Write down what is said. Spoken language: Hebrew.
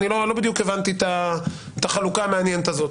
לא בדיוק הבנתי את החלוקה המעניינת הזאת.